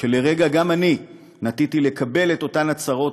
שלרגע גם אני נטיתי לקבל את אותן הצהרות